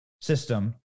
system